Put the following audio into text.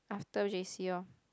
after j_c lor